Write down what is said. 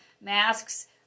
masks